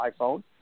iPhone